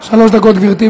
שלוש דקות, גברתי.